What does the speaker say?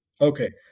Okay